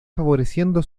favoreciendo